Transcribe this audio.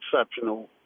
exceptional